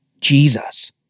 Jesus